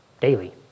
daily